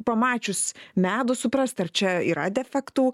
pamačius medų suprast ar čia yra defektų